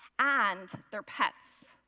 and their pets.